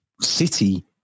city